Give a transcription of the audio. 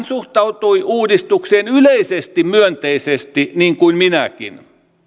suhtautui uudistukseen yleisesti myönteisesti niin kuin minäkin